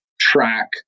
track